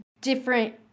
different